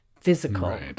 physical